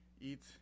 Eat